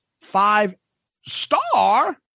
five-star